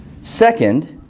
second